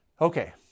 Okay